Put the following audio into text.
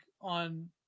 on